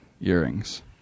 earrings